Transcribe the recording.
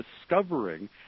discovering